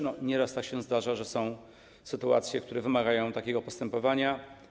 Nieraz tak się zdarza, że są sytuacje, które wymagają takiego postępowania.